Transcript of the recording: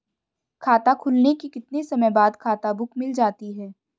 खाता खुलने के कितने समय बाद खाता बुक मिल जाती है?